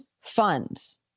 funds